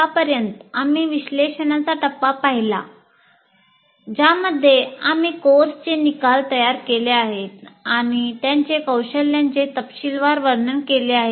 आत्तापर्यंत आम्ही विश्लेषणाचा टप्पा पाहिला आहे ज्यामध्ये आम्ही कोर्सचे निकाल तयार केले आहेत आणि त्यांचे कौशल्यांचे तपशीलवार वर्णन केले आहे